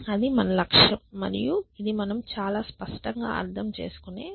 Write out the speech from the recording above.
అది మన లక్ష్యం మరియు ఇది మనము చాలా స్పష్టంగా అర్థం చేసుకునే సమస్య